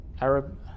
Arab